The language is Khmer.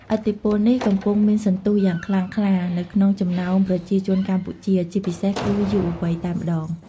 ឥទ្ធិពលនេះកំពុងមានសន្ទុះយ៉ាងខ្លាំងខ្លានៅក្នុងចំណោមប្រជាជនកម្ពុជា ជាពិសេសគឺយុវវ័យតែម្ដង។